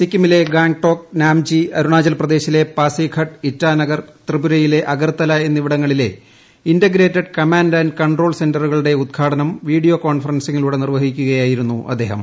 സിക്കിമിലെ ഗാങ്ടോക്ക് നാംചി അരുണാചൽപ്രദേശിലെ പാസിഘട്ട് ഇറ്റാനഗർ ത്രിപുരയിലെ അഗർത്തല എന്നിവിടങ്ങളിലെ ഇന്റഗ്രേറ്റഡ് കമാൻഡ് ആന്റ് കൺട്രോൾ സെന്ററുകളുടെ ഉദ്ഘാടനം വീഡിയോ കോൺഫറൻസിംഗിലൂടെ നിർവ്വഹിക്കുകയായിരുന്നു അദ്ദേഹം